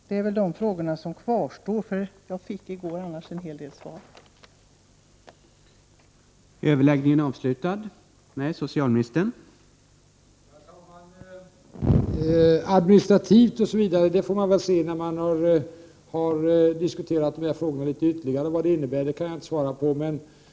Det är väl dessa frågor som kvarstår, annars fick jag som sagt en del av frågorna besvarade i går.